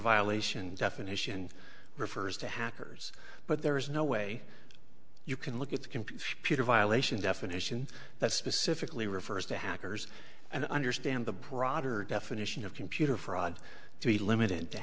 violation definition refers to hackers but there is no way you can look at the computer puter violation definition that specifically refers to hackers and i understand the broader definition of computer fraud to be limited to